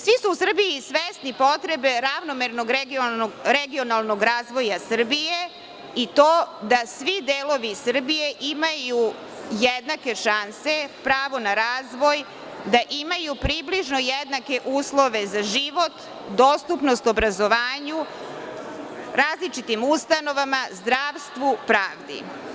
Svi su u Srbiji svesni potrebe ravnomernog regionalnog razvoja Srbije i to da svi delovi Srbije imaju jednake šanse, pravo na razvoj, da imaju približno jednake uslove za život, dostupnost obrazovanju, različitim ustanovama, zdravstvu, pravdi.